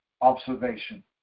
observation